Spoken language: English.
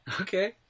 Okay